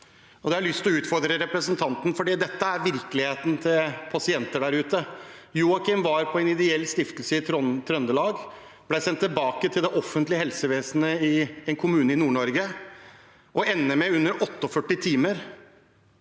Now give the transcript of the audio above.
til å utfordre representanten, for dette er virkeligheten til pasienter der ute: Joakim var på en ideell stiftelse i Trøndelag og ble sendt tilbake til det offentlige helsevesenet i en kommune i Nord-Norge. Han endte med å være tilbake